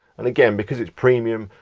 and again, because it's premium,